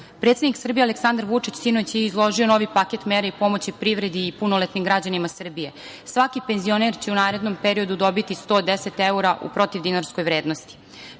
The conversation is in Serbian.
doniramo. Predsednik Srbije Aleksandar Vučić sinoć je izložio novi paket mera i pomoć privredi i punoletnim građanima Srbije. Svaki penzioner će u narednom periodu dobiti 110 evra u protivdinarskoj vrednosti.